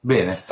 Bene